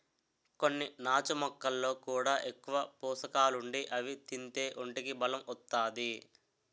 కొన్ని నాచు మొక్కల్లో కూడా ఎక్కువ పోసకాలుండి అవి తింతే ఒంటికి బలం ఒత్తాది